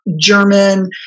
German